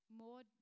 more